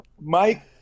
Mike